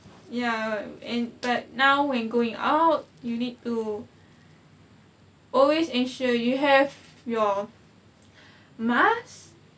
ya and but now when going out you need to always ensure you have your mask